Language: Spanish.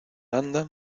anda